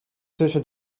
tussen